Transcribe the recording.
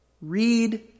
read